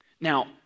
Now